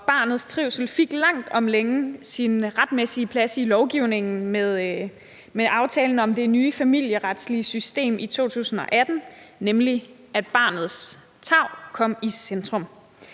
barnets trivsel fik langt om længe sin retmæssige plads i lovgivningen med aftalen om det nye familieretslige system i 2018, nemlig ved at barnets tarv kom i centrum.